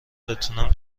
بتونم